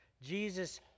Jesus